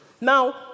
Now